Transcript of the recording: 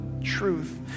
truth